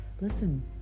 listen